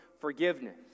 forgiveness